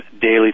daily